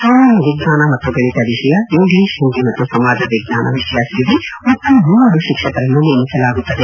ಸಾಮಾನ್ದ ವಿಜ್ವಾನ ಮತ್ತು ಗಣಿತ ವಿಷಯ ಇಂಗ್ಲೀಷ್ ಹಿಂದಿ ಮತ್ತು ಸಮಾಜ ವಿಜ್ಞಾನ ವಿಷಯ ಸೇರಿ ಒಟ್ಟು ಮೂವರು ಶಿಕ್ಷಕರನ್ನು ನೇಮಿಸಲಾಗುತ್ತದೆ